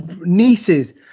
Nieces